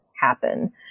happen